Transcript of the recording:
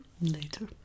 later